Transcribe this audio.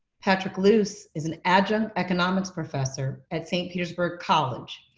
patrick luce is an adjunct economics professor at st. petersburg college,